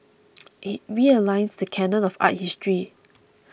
it realigns the canon of art history